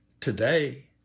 today